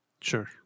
Sure